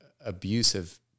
abusive